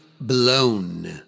blown